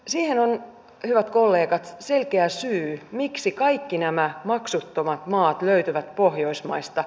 siellä ja kollega selkeä syy miksi kaikki nämä maksuttomat maat löytyvät pohjoismaista